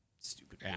Stupid